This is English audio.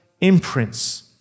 imprints